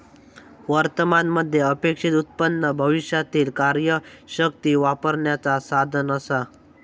वर्तमान मध्ये अपेक्षित उत्पन्न भविष्यातीला कार्यशक्ती वापरण्याचा साधन असा